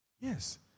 Yes